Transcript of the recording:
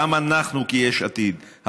גם אנחנו כיש עתיד,